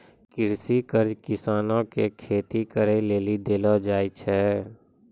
कृषि कर्ज किसानो के खेती करे लेली देलो जाय छै